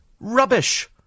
Rubbish